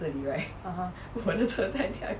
(uh huh)